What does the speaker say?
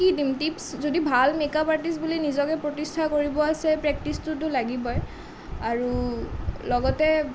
কি দিম টিপ্চ যদি ভাল মেকআপ আৰ্টিষ্ট বুলি নিজকে প্ৰতিষ্ঠা কৰিব আছে প্ৰেকটিছটোতো লাগিবই আৰু লগতে